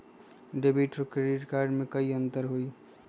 Debit और credit card में कई अंतर हई?